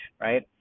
right